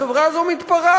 החברה הזאת מתפרעת,